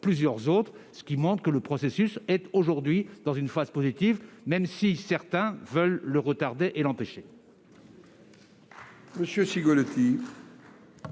plusieurs autres, ce qui montre que le processus est dans une phase positive, même si certains veulent le retarder et l'empêcher.